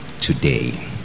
today